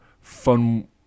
fun